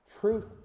truth